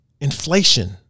inflation